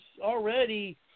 already